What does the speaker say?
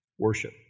Worship